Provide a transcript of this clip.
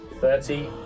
Thirty